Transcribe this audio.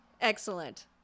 Excellent